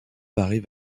arrive